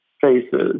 faces